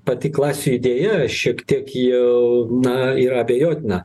pati klasių idėja šiek tiek jau na yra abejotina